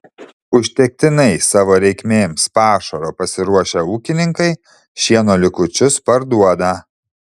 užtektinai savo reikmėms pašaro pasiruošę ūkininkai šieno likučius parduoda